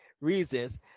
reasons